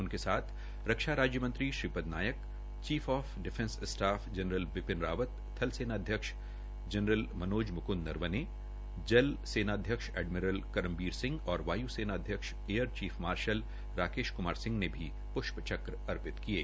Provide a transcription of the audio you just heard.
उनके साथ रक्षा राज्य मंत्री Shripad Naik chief of defence staff general Bipin Rawat थल सेनाध्यक्ष जनरल मनोज मुकंद नरवने जल सेनाध्यक्ष एडमिरल कर्मबीर सिंह और वायु सेना अध्यक्ष air chief marshal Rakesh Kumar Singh ने भी पुष्प चक अर्पित किये